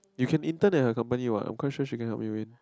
you can enter their company what of course sure she cannot win win